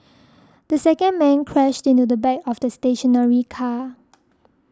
the second man crashed into the back of the stationary car